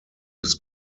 his